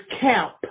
camp